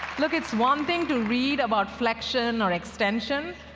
look, it's one thing to read about flexion or extension,